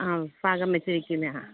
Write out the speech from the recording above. ആ ഭാഗം വെച്ചിരിക്കുന്നതാണ്